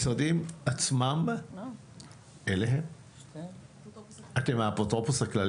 אתם מהאפוטרופוס הכללי?